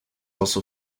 also